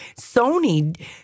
Sony